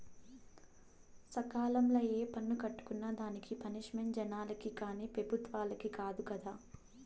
సకాలంల ఏ పన్ను కట్టుకున్నా దానికి పనిష్మెంటు జనాలకి కానీ పెబుత్వలకి కాదు కదా